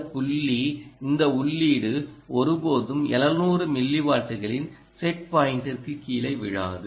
இந்த புள்ளி இந்த உள்ளீடு ஒருபோதும் 700 மில்லிவோல்ட்களின் செட் பாயிண்டிற்கு கீழே விழாது